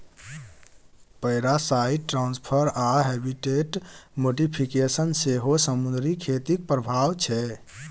parasite transfer आ habitat modification सेहो समुद्री खेतीक प्रभाब छै